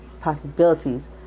possibilities